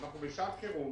בשעת חירום